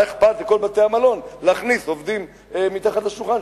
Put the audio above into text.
מה אכפת לכל בתי-המלון להכניס עובדים שמשלמים להם מתחת לשולחן,